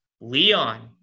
Leon